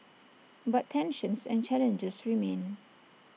but tensions and challenges remain